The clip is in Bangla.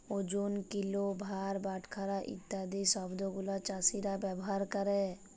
ওজন, কিলো, ভার, বাটখারা ইত্যাদি শব্দ গুলো চাষীরা ব্যবহার ক্যরে